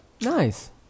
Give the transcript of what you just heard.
Nice